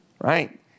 right